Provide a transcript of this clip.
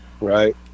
right